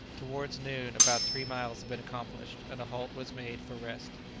towards noon about three miles had been accomplished, and a halt was made for rest.